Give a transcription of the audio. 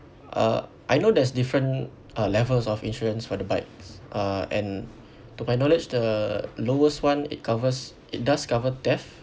uh I know there's different uh levels of insurance for the bikes uh and to my knowledge the lowest one it covers it does cover theft